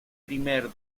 primer